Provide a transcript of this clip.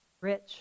rich